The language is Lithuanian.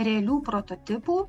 realių prototipų